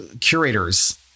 curators